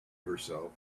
herself